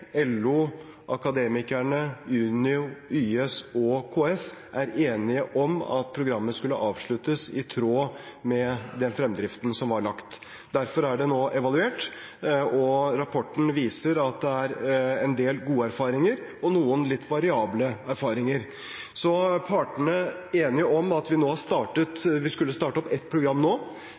LO, Akademikerne, Unio, YS og KS, er enige om at programmet skulle avsluttes i tråd med den fremdriften som var lagt. Derfor er det nå evaluert, og rapporten viser at det er en del gode erfaringer og noen litt variable erfaringer. Så partene er enige om at vi skulle starte opp et program nå,